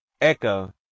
Echo